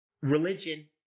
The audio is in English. religion